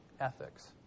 ethics